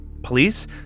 Police